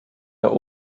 der